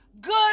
good